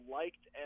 liked